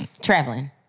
Traveling